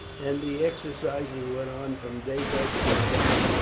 and the exercises went on from daybreak till dusk,